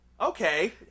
Okay